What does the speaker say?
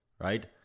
right